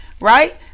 Right